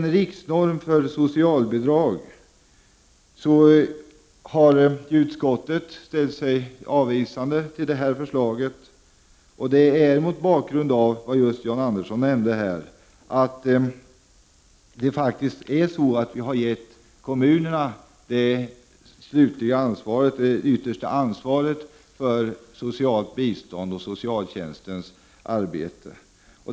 Utskottet har ställt sig avvisande till förslaget om en riksnorm för socialbidrag. Skälet till det är just det Jan Andersson nämnde, nämligen att vi har gett kommunerna det yttersta ansvaret för socialt bistånd och socialtjänstens arbete.